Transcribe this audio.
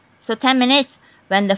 so ten minutes when the